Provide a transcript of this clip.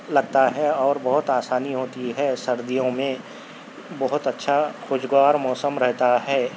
لگتا ہے اور بہت آسانی ہوتی ہے سردیوں میں بہت اچھا خوشگوار موسم رہتا ہے